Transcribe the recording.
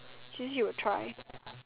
see see you try